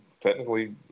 technically